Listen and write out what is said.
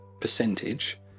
percentage